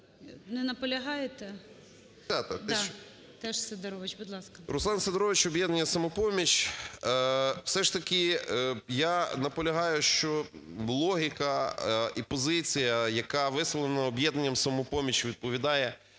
Руслан Сидорович, "Об'єднання "Самопоміч". Все ж таки я наполягаю, що логіка і позиція, яка висловлена "Об'єднанням "Самопоміч", відповідає